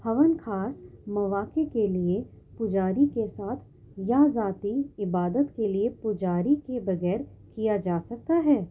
ہون خاص مواقعے کے لیے پجاری کے ساتھ یا ذاتی عبادت کے لیے پجاری کے بغیر کیا جا سکتا ہے